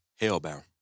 Hellbound